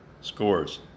scores